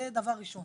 זה דבר ראשון.